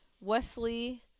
Wesley